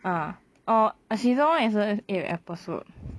ah err err season one is only eight episode